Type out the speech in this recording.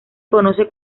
conoce